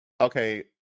Okay